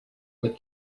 but